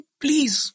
please